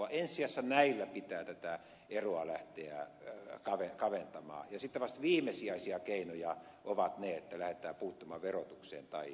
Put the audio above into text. ensisijassa näillä pitää tätä eroa lähteä kaventamaan ja sitten vasta viimesijaisia keinoja ovat ne että lähdetään puuttumaan verotukseen tai yhteiskunnan menoihin